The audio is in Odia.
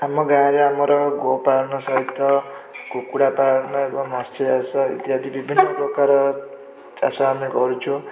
ଆମ ଗାଁରେ ଆମର ଗୋପାଳନ ସହିତ କୁକୁଡ଼ା ପାଳନ ଏବଂ ମତ୍ସ୍ୟଚାଷ ଇତ୍ୟାଦି ବିଭିନ୍ନ ପ୍ରକାର ଚାଷ ଆମେ କରୁଛୁ